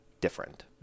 different